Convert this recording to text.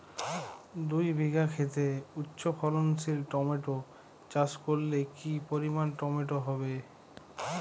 দুই বিঘা খেতে উচ্চফলনশীল টমেটো চাষ করলে কি পরিমাণ টমেটো হবে?